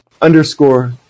underscore